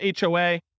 HOA